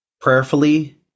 prayerfully